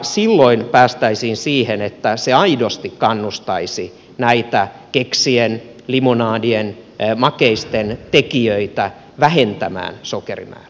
silloin päästäisiin siihen että se aidosti kannustaisi näitä keksien limonadien makeisten tekijöitä vähentämään sokerimäärää